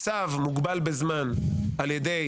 צו מוגבל בזמן על ידי